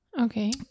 Okay